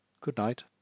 Good-night